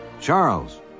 Charles